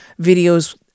videos